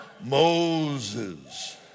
Moses